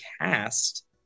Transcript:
cast